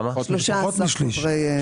13 חברים.